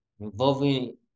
involving